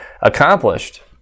accomplished